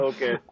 Okay